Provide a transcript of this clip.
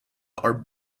are